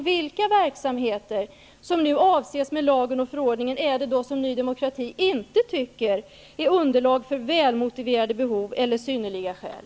Vilka verksamheter som nu avses med lagen och förordningen är det som Ny demokrati inte tycker är underlag för välmotiverade behov eller synnerliga skäl?